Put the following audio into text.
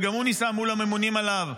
וגם הוא ניסה מול הממונים עליו.